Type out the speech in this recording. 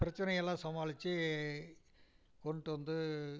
பிரச்சனை எல்லாம் சமாளித்து கொண்டுட்டு வந்து